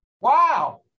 Wow